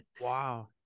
Wow